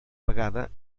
vegada